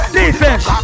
defense